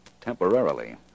temporarily